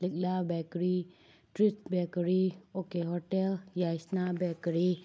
ꯂꯤꯛꯂꯥ bakery treat bakery ꯑꯣ ꯀꯦ ꯍꯣꯇꯦꯜ ꯌꯥꯏꯁꯅꯥ ꯕꯦꯀꯔꯤ